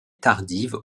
tardive